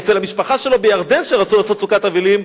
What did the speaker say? אצל המשפחה שלו בירדן שרצו לעשות סוכת אבלים,